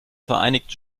vereinigten